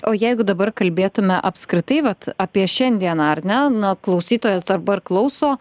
o jeigu dabar kalbėtume apskritai vat apie šiandieną ane na klausytojas dabar klauso